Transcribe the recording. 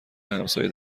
همسایه